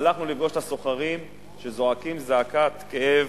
הלכנו לפגוש את הסוחרים שזועקים זעקת כאב,